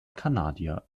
kanadier